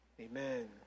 Amen